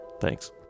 Thanks